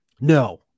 No